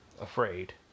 afraid